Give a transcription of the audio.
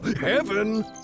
heaven